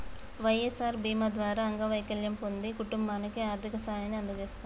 వై.ఎస్.ఆర్ బీమా ద్వారా అంగవైకల్యం పొందిన కుటుంబానికి ఆర్థిక సాయాన్ని అందజేస్తారు